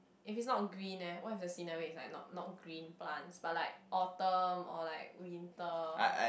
if it's not green eh what if the scenery is like not not green plants but like autumn or like winter